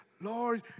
Lord